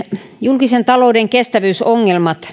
julkisen talouden kestävyysongelmat